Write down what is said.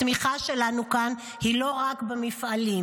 התמיכה שלנו כאן היא לא רק במפעלים,